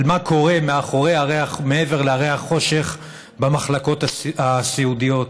על מה שקורה מעבר להרי החושך במחלקות הסיעודיות,